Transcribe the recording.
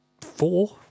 four